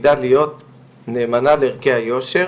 תפקידה להיות נאמנה לערכי היושר